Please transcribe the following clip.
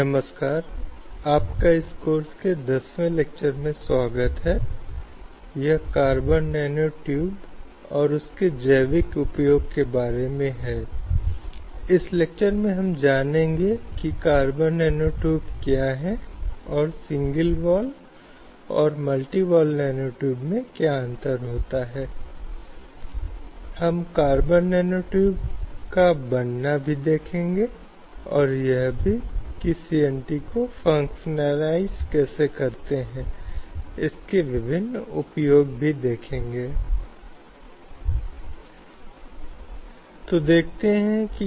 NPTEL NPTEL online प्रमाणन पाठ्यक्रम NPTEL online certification course लैंगिक न्याय एवं कार्यस्थल सुरक्षा पर पाठ्यक्रम course on gender justice and workplace security Prodipa Dubey द्वारा राजीव गांधी बौद्धिक संपदा कानून विद्यालय Rajiv Gandhi school of intellectual property law IIT Kharagpur व्याख्यान 10 कार्यस्थल में महिलाएं gender justice and workplace security पर सभी का स्वागत है